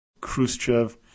Khrushchev